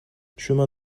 chemin